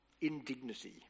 indignity